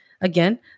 again